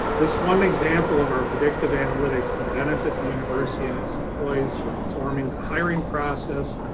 this one example of our predictive analytics can benefit the university and its employees for informing the hiring process,